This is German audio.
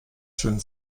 schön